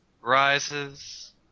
rises